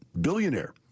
billionaire